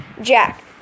Jack